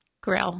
grill